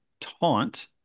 Taunt